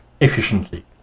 efficiently